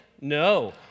No